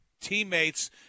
teammates